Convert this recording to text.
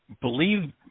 believe